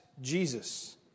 Jesus